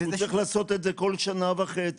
הוא צריך לעשות את זה כל שנה וחצי,